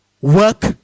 work